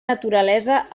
naturalesa